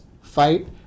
fight